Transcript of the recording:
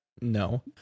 no